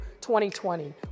2020